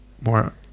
more